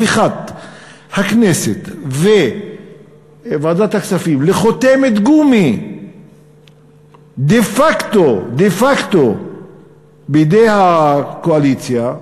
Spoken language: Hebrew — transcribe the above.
הפיכת הכנסת וועדת הכספים לחותמת גומי דה-פקטו בידי הקואליציה,